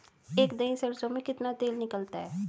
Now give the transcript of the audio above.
एक दही सरसों में कितना तेल निकलता है?